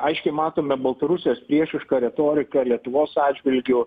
aiškiai matome baltarusijos priešišką retoriką lietuvos atžvilgiu